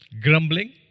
grumbling